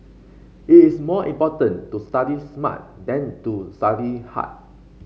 it is more important to study smart than to study hard